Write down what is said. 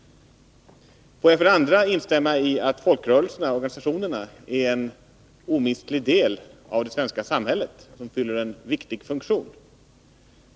Vidare vill jag instämma i att folkrörelserna är en omistlig del av det svenska samhället. De fyller en viktig funktion.